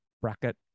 bracket